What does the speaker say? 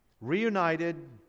reunited